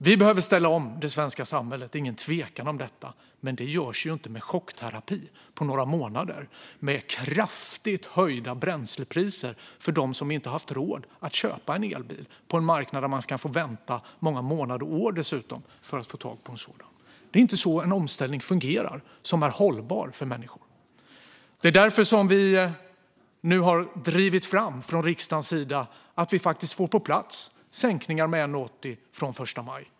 Vi behöver ställa om det svenska samhället - det är ingen tvekan om detta - men det görs inte genom några månaders chockterapi med kraftigt höjda bränslepriser för dem som inte haft råd att köpa en elbil på en marknad där man dessutom kan få vänta månader eller år för att få tag på en sådan. Det är inte så en omställning fungerar om den ska vara hållbar för människor. Därför har vi nu från riksdagens sida drivit fram att vi ska få på plats sänkningar med 1,80 från den 1 maj.